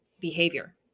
behavior